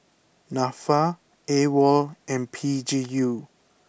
Nafa Awol and P G U